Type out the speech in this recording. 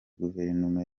guverinoma